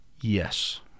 Yes